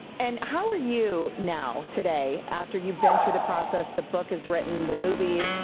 and how are you now today after you've been through the process, the book is written, the movie,